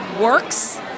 works